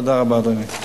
תודה רבה, אדוני.